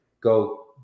go